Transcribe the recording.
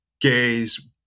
gays